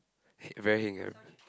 heng very heng eh